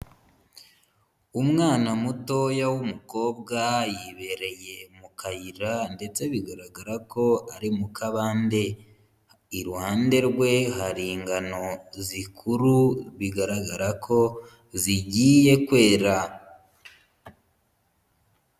Umwana mutoya w'umukobwa yibereye mu kayira ndetse bigaragara ko ari mu kabande. Iruhande rwe hari ingano zikuru bigaragara ko zigiye kwera.